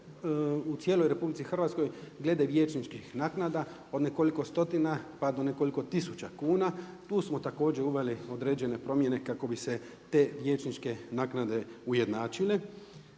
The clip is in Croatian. u cijeloj RH glede vijećničkim naknada od nekoliko stotina pa do nekoliko tisuća kuna. Tu smo također uveli određene promjene kako bi se te vijećničke naknade ujednačile.